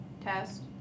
test